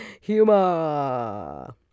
humor